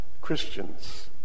Christians